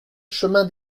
chemin